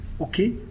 okay